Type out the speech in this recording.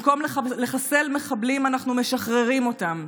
במקום לחסל מחבלים אנחנו משחררים אותם,